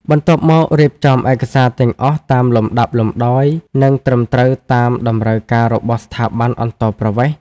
បន្ទាប់មក រៀបចំឯកសារទាំងអស់តាមលំដាប់លំដោយ និងត្រឹមត្រូវតាមតម្រូវការរបស់ស្ថាប័នអន្តោប្រវេសន៍។